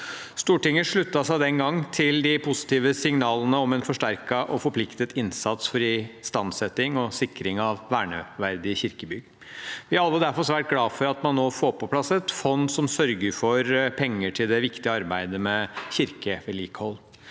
Stortinget sluttet seg den gang til de positive signalene om en forsterket og forpliktende innsats for istandsetting og sikring av verneverdige kirkebygg. Vi er alle derfor svært glad for at man nå får på plass et fond som sørger for penger til det viktige arbeidet med kirkevedlikehold.